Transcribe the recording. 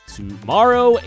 tomorrow